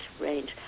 range